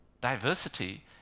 Diversity